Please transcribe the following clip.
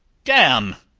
damme!